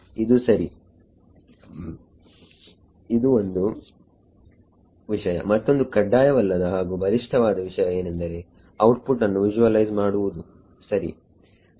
ಇದು ಸರಿಇದು ಒಂದು ವಿಷಯ ಮತ್ತೊಂದು ಕಡ್ಡಾಯವಲ್ಲದ ಹಾಗು ಬಲಿಷ್ಠವಾದ ವಿಷಯ ಏನೆಂದರೆ ಔಟ್ಪುಟ್ ಅನ್ನು ವಿಜುವಲೈಸ್ ಮಾಡುವುದು ಸರಿ